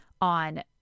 on